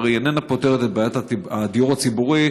והרי היא איננה פותרת את בעיית הדיור הציבורי,